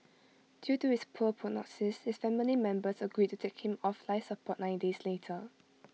due to his poor prognosis his family members agreed to take him off life support nine days later